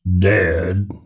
dead